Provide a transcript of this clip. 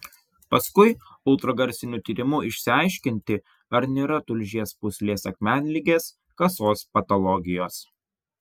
paskui ultragarsiniu tyrimu išsiaiškinti ar nėra tulžies pūslės akmenligės kasos patologijos